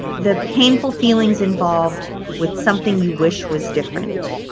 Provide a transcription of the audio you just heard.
the painful feelings involved with something you wish was different.